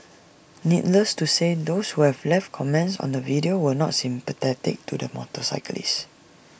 needless to say those who have left comments on the video were not sympathetic to the motorcyclist